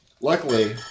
Luckily